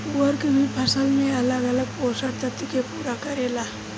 उर्वरक भी फसल में अलग अलग पोषण तत्व के पूरा करेला